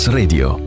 Radio